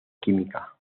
química